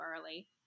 early